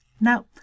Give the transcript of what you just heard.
Now